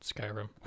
Skyrim